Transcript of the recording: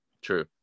True